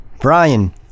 Brian